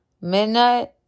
midnight